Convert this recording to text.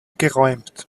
geräumt